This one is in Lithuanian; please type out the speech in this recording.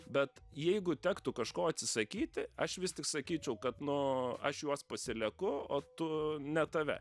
bet jeigu tektų kažko atsisakyti aš vis tik sakyčiau kad nu aš juos pasilieku o tu ne tave